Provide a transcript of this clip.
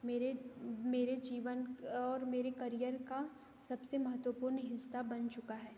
मेरे मेरे जीवन और मेरे करियर का सबसे महत्वपूर्ण हिस्सा बन चुका है